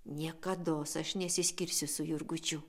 niekados aš nesiskirsiu su jurgučiu